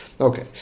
Okay